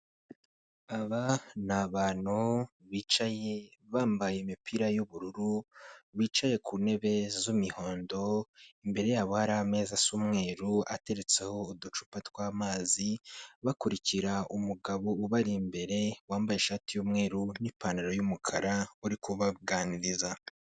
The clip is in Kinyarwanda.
Aba ni abantu bicaye bambaye imipira y'ubururu, bicaye ku ntebe z'imihondo, imbere yabo hari ameza asa umweru ateretseho uducupa tw'amazi, bakurikira umugabo ubari imbere wambaye ishati y'umweru n'ipantaro y'umukara uri kubaganiriza.